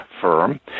firm